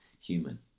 human